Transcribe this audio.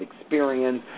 experience